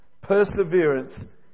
Perseverance